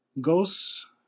Ghosts